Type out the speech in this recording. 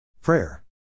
Prayer